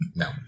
No